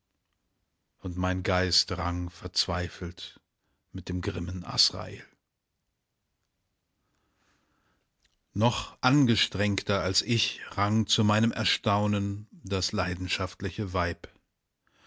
und mein geist rang verzweifelt mit dem grimmen azrael noch angestrengter als ich rang zu meinem erstaunen das leidenschaftliche weib